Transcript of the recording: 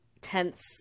tense